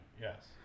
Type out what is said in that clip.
Yes